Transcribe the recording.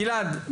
גלעד,